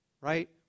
Right